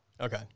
Okay